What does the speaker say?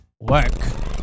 Work